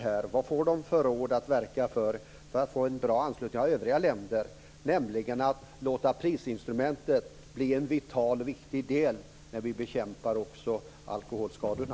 Vilka råd får de när det gäller att verka för att få en bra anslutning av övriga länder när det gäller att låta prisinstrumentet bli en vital del när vi bekämpar alkoholskadorna?